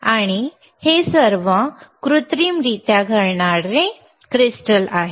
तर हे सर्व कृत्रिमरित्या घडणारे क्रिस्टल्स आहेत